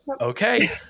okay